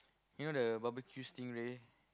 you know the barbeque stingray